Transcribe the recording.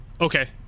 Okay